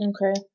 Okay